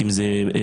אם זה בנגב,